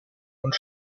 und